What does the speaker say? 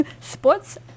sports